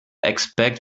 expect